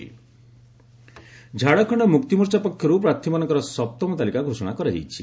Jharkhand JMM list Jharkhand Mukti Morcha ପକ୍ଷରୁ ପ୍ରାର୍ଥୀମାନଙ୍କର ସପ୍ତମ ତାଲିକା ଘୋଷଣା କରାଯାଇଛି